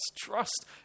Trust